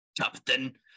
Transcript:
Captain